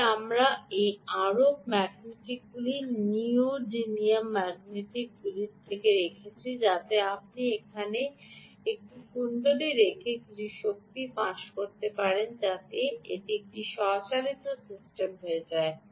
তবে আমরা সেই আরক ম্যাগনেটগুলি নিউডিমিয়াম ম্যাগনেটগুলিও রেখেছি যাতে আপনি সেখানে একটি কুণ্ডলী রেখে কিছুটা শক্তি ফাঁস করতে পারেন যাতে এটি একটি স্ব চালিত সিস্টেম হয়ে যায়